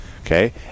Okay